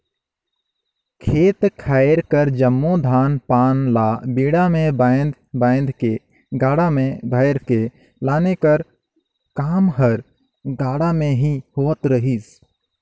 खेत खाएर कर जम्मो धान पान ल बीड़ा मे बाएध बाएध के गाड़ा मे भइर के लाने का काम हर गाड़ा मे ही होवत रहिस